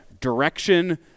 direction